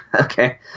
Okay